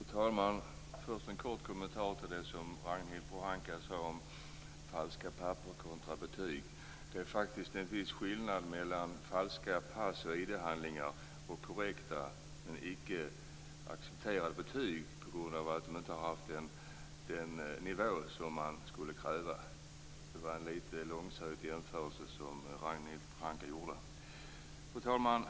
Fru talman! Först har jag en kort kommentar till det som Ragnhild Pohanka sade om falska papper kontra betyg. Det är faktiskt en viss skillnad mellan falska pass och ID-handlingar och korrekta betyg som inte accepterats på grund av att de inte är på den nivå som krävs. Det var en litet långsökt jämförelse som Fru talman!